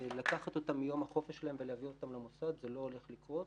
ולקחת אותם ביום החופש שלהם ולהביא אותם למוסד זה לא הולך לקרות.